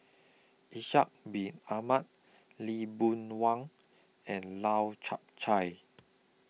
Ishak Bin Ahmad Lee Boon Wang and Lau Chiap Khai